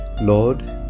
Lord